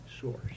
source